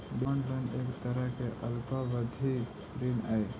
demand loan एक तरह के अल्पावधि ऋण हइ